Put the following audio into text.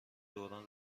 دوران